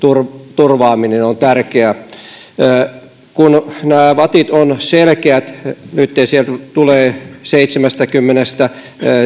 turvaaminen on tärkeää kun nämä vatit ovat selkeät nytten seitsemästäkymmenestä